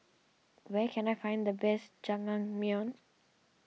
where can I find the best Jajangmyeon